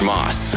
Moss